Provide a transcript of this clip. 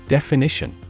Definition